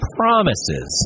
promises